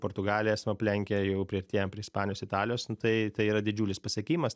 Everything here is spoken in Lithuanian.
portugaliją esam aplenkę jau priartėjam prie ispanijos italijos nu tai tai yra didžiulis pasiekimas